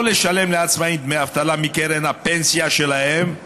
לא לשלם לעצמאים דמי אבטלה מקרן הפנסיה שלהם,